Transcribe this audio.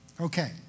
Okay